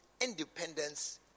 independence